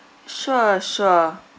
sure sure